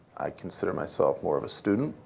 consider myself more of a student.